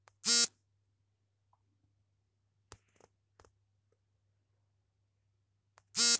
Fagaceae ಕುಟುಂಬಕ್ಕೆ ಸೇರಿದ ಅತ್ಯಂತ ಬೆಲೆಬಾಳುವ ವೃಕ್ಷ ಇದ್ರ ವೈಜ್ಞಾನಿಕ ಹೆಸರು ಕ್ಯಾಸ್ಟಾನಿಯ